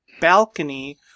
balcony